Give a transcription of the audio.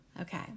Okay